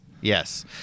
Yes